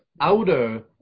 outer